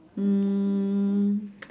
um